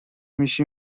میشی